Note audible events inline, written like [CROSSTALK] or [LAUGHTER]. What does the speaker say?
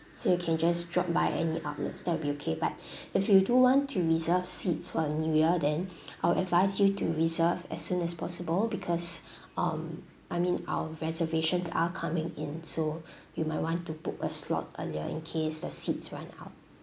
so you can just drop by any outlets that will be okay but [BREATH] if you do want to reserve seats for new year then [BREATH] I'll advise you to reserve as soon as possible because [BREATH] um I mean our reservations are coming in so [BREATH] you might want to put a slot earlier in case the seats run out